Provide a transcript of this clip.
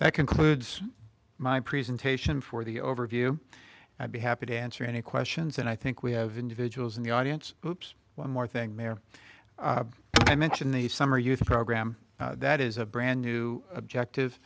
that concludes my presentation for the overview i'll be happy to answer any questions and i think we have individuals in the audience groups one more thing there i mentioned the summer youth program that is a brand new objective